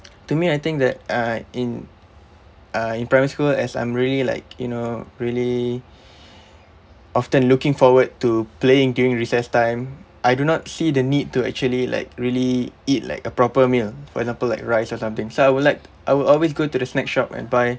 to me I think that uh in uh in primary school as I'm really like you know really often looking forward to playing during recess time I do not see the need to actually like really eat like a proper meal for example like rice or something so I will like I will always go to the snack shop and buy